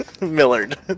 Millard